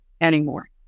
anymore